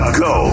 go